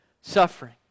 suffering